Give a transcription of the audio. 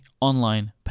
online